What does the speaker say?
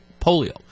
polio